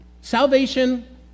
salvation